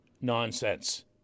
nonsense